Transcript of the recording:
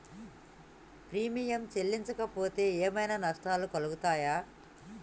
Premium చెల్లించకపోతే ఏమైనా నష్టాలు కలుగుతయా?